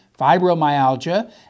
fibromyalgia